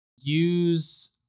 use